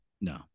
No